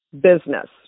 business